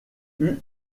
eut